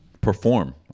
perform